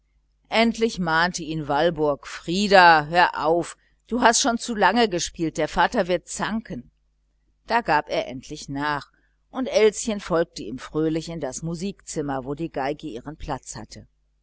endlich mahnte ihn walburg frieder hör auf du hast schon zu lang gespielt frieder der vater wird zanken da gab er endlich nach und elschen folgte ihm fröhlich in das musikzimmer wo die violine ihren platz hatte